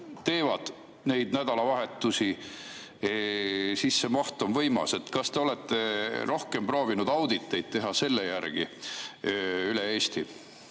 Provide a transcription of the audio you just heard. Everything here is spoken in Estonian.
teevad neid nädalavahetusi, siis see maht on võimas. Kas te olete rohkem proovinud auditeid teha selle järgi, üle Eesti?